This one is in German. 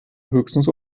höchstens